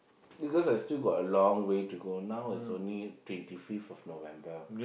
because I still got a long way to go now is only twenty fifth of November